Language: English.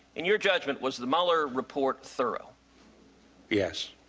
in your judgment was the mueller report thorough yes.